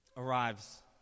arrives